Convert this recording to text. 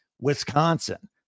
Wisconsin